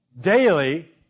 daily